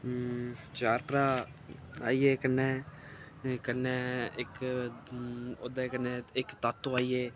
चार भ्राऽ आई गे कन्नै ते कन्नै इक्क ओह्दे कन्नै इक्क तातो आई गे